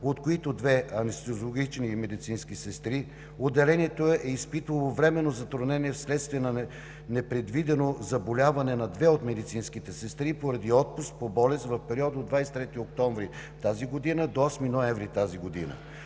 от които две анестезиологични медицински сестри. Отделението е изпитало временно затруднение, вследствие на непредвидено заболяване на две от медицинските сестри поради отпуск по болест в периода от 23 октомври 2019 г. до 8 ноември 2019 г.